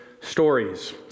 stories